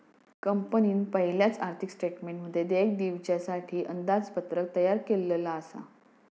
कंपनीन पयलाच आर्थिक स्टेटमेंटमध्ये देयक दिवच्यासाठी अंदाजपत्रक तयार केल्लला आसा